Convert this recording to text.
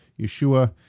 Yeshua